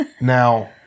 Now